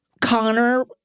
Connor